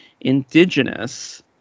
indigenous